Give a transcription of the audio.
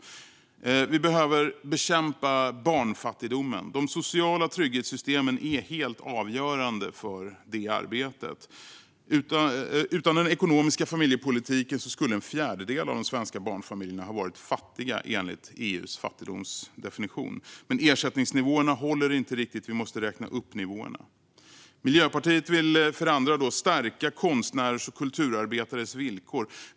För det första behöver vi bekämpa barnfattigdomen. De sociala trygghetssystemen är helt avgörande för det arbetet. Utan den ekonomiska familjepolitiken skulle en fjärdedel av de svenska barnfamiljerna ha varit fattiga enligt EU:s fattigdomsdefinition. Men ersättningsnivåerna håller inte riktigt. Vi måste räkna upp nivåerna. Miljöpartiet vill för det andra stärka konstnärers och kulturarbetares villkor.